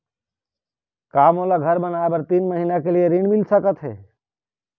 का मोला घर बनाए बर तीन महीना के लिए ऋण मिल सकत हे?